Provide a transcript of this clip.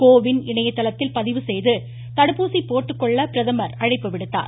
கோ win இணையதளத்தில் பதிவுசெய்து தடுப்பூசி போட்டுக்கொள்ள அவர் அழைப்பு விடுத்தார்